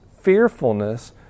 fearfulness